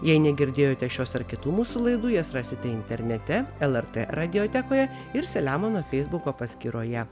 jei negirdėjote šios ar kitų mūsų laidų jas rasite internete lrt radiotekoje ir selemono feisbuko paskyroje